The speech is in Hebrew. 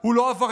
הוא לא עבריין.